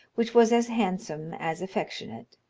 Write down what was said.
which was as handsome as affectionate.